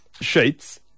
sheets